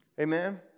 Amen